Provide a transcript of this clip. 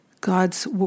God's